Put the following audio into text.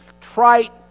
trite